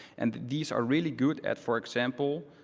and these are really good at, for example,